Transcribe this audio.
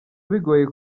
bigoye